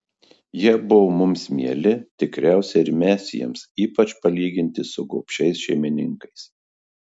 jie buvo mums mieli tikriausiai ir mes jiems ypač palyginti su gobšiais šeimininkais